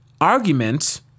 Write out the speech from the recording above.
argument